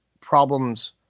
problems